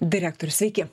direktorius sveiki